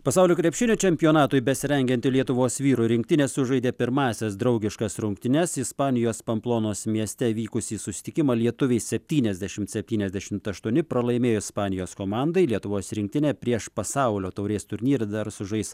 pasaulio krepšinio čempionatui besirengianti lietuvos vyrų rinktinė sužaidė pirmąsias draugiškas rungtynes ispanijos pamplonos mieste vykusį susitikimą lietuviai septyniasdešimt septyniasdešimt aštuoni pralaimėjo ispanijos komandai lietuvos rinktinė prieš pasaulio taurės turnyrą dar sužais